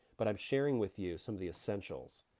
but i'm sharing with you some of the essentials.